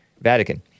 Vatican